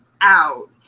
out